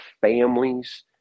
families